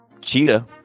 Cheetah